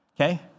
okay